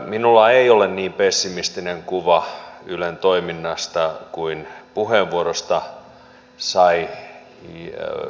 minulla ei ole niin pessimistinen kuva ylen toiminnasta kuin puheenvuorosta sai pääteltyä